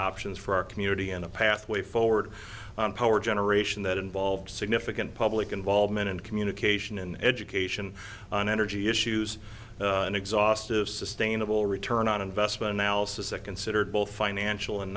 options for our community and a pathway forward power generation that involves significant public involvement and communication in education on energy issues an exhaustive sustainable return on investment houses that considered both financial and